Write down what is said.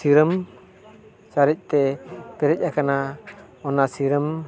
ᱥᱤᱨᱚᱢ ᱪᱟᱨᱮᱡᱽ ᱛᱮ ᱯᱮᱨᱮᱡ ᱟᱠᱟᱱᱟ ᱚᱱᱟ ᱥᱤᱨᱚᱢ